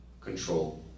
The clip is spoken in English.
control